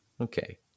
Okay